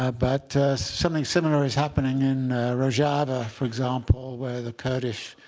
ah but something similar is happening in rojava, for example, where the kurdish